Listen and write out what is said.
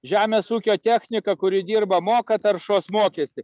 žemės ūkio technika kuri dirba moka taršos mokestį